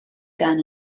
gun